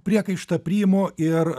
priekaištą priimu ir